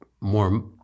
more